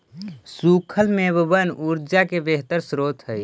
सूखल मेवबन ऊर्जा के बेहतर स्रोत हई